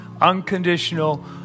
unconditional